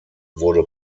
wurde